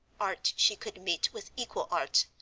art she could meet with equal art,